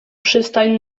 przystań